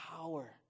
power